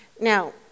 Now